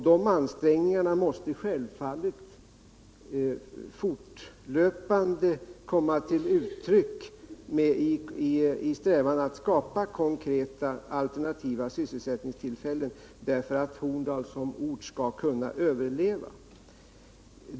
De ansträngningarna måste självfallet fortlöpande komma till uttryck i en strävan att skapa konkreta alternativa sysselsättningstillfällen för att Horndal som ort skall kunna överleva.